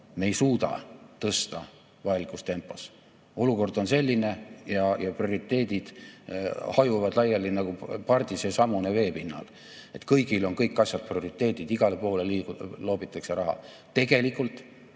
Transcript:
me ei suuda tõsta vajalikus tempos. Olukord on selline ja prioriteedid hajuvad laiali nagu pardi seesamune veepinnal. Kõigil on kõik asjad prioriteedid, igale poole loobitakse raha. Tegelikult